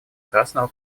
красного